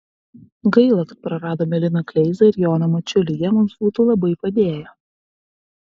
gaila kad praradome liną kleizą ir joną mačiulį jie mums būtų labai padėję